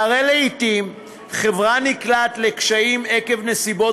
שהרי לעתים חברה נקלעת לקשיים עקב נסיבות